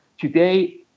today